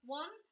one